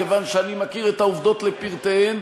מכיוון שאני מכיר את העובדות לפרטיהן,